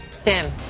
Tim